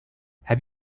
have